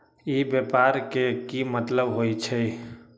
ई व्यापार के की मतलब होई छई?